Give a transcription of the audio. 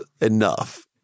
enough